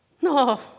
No